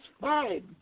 five